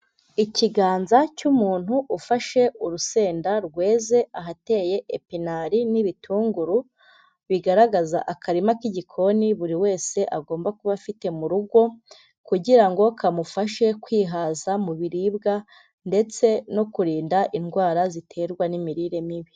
Ikiganza cy'umuntu ufashe urusenda rweze ahateye epinari n'ibitunguru, bigaragaza akarima k'igikoni buri wese agomba kuba afite mu rugo, kugira ngo kamufashe kwihaza mu biribwa ndetse no kurinda indwara ziterwa n'imirire mibi.